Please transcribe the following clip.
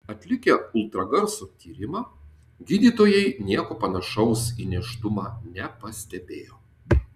atlikę ultragarso tyrimą gydytojai nieko panašaus į nėštumą nepastebėjo